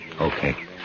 Okay